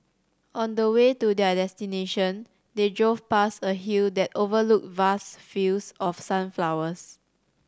on the way to their destination they drove past a hill that overlooked vast fields of sunflowers